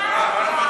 על מה מדובר?